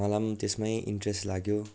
मलाई पनि त्यसमै इन्ट्रेस्ट लाग्यो